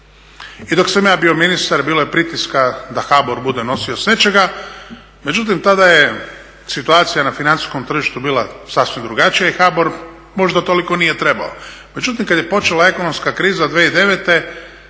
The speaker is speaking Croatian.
I dok sam ja bio ministar, bilo je pritiska da HABOR bude nosio …, međutim tada je situacija na financijskom tržištu bila sasvim drugačija i HABOR možda toliko nije trebao. Međutim, kad je počeka ekonomska kriza 2009.